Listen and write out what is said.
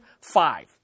five